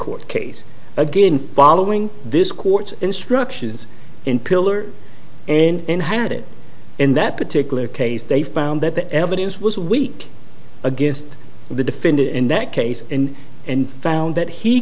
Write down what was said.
court case again following this court's instructions in pillar in inherited in that particular case they found that the evidence was weak against the defendant in that case in and found that he